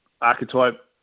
archetype